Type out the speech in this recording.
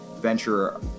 venture